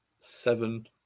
Seven